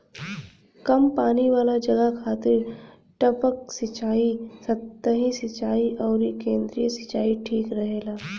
कम पानी वाला जगह खातिर टपक सिंचाई, सतही सिंचाई अउरी केंद्रीय सिंचाई ठीक रहेला